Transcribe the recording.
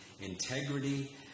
integrity